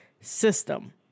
system